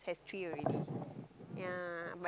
has three already yeah